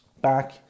Back